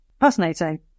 fascinating